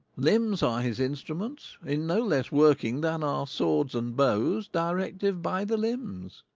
limbs are his instruments, in no less working than are swords and bows directive by the limbs.